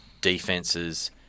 defenses